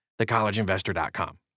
thecollegeinvestor.com